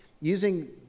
using